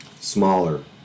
Smaller